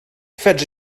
fedri